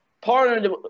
Partnered